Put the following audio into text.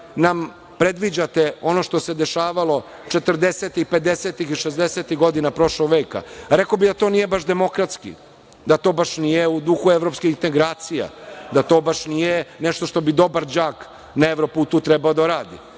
nam predviđate ono što se dešavalo 40-ih, 50-ih i 60-ih godina prošlog veka. Rekao bih da to nije baš demokratski, da to baš nije u duhu evropskih integracija, da to baš nije nešto što bi dobar đak na evro putu trebao da radi.